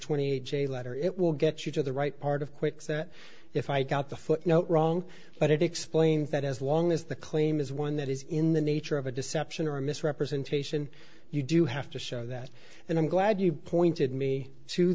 j letter it will get you to the right part of kwikset if i got the footnote wrong but it explains that as long as the claim is one that is in the nature of a deception or misrepresentation you do have to show that and i'm glad you pointed me to